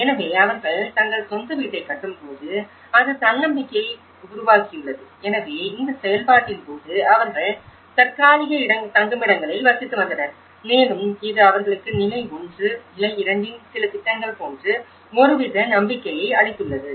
எனவே அவர்கள் தங்கள் சொந்த வீட்டைக் கட்டும் போது அது தன்னம்பிக்கையை உருவாக்கியுள்ளது எனவே இந்த செயல்பாட்டின் போது அவர்கள் தற்காலிக தங்குமிடங்களில் வசித்து வந்தனர் மேலும் இது அவர்களுக்கு நிலை 1 நிலை 2இன் சில திட்டங்கள் போன்று ஒருவித நம்பிக்கையை அளித்துள்ளது